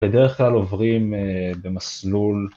בדרך כלל עוברים במסלול.